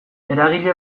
eragile